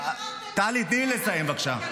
--- טלי, תני לי לסיים, בבקשה.